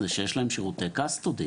זה שיש להם שירותי קסטודי.